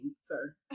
sir